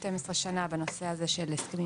12 שנה בנושא הזה של הסכמים